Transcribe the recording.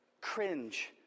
cringe